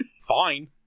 fine